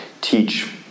teach